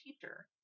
teacher